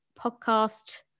podcast